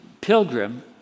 Pilgrim